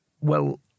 Well